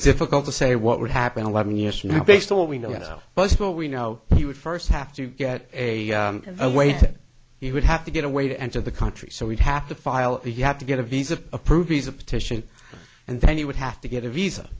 difficult to say what would happen eleven years from now based on what we know now but what we know he would first have to get a away that he would have to get away to enter the country so we'd have to file you have to get a visa approved he's a petition and then you would have to get a visa